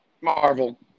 Marvel